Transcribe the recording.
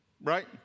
Right